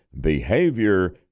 behavior